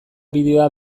bideoa